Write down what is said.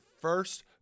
first